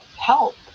help